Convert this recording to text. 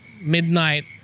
midnight